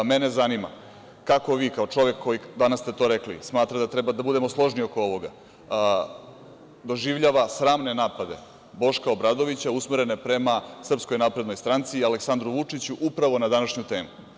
Mene zanima kako vi kao čovek koji, danas ste to rekli, smatrate da treba da budemo složni oko ovoga, doživljava sramne napade Boška Obradovića usmerene prema SNS i Aleksandru Vučiću upravo na današnju temu?